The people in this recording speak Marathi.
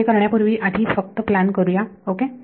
तर हे करण्यापूर्वी आधी फक्त प्लान करूया ओके